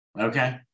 Okay